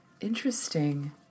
interesting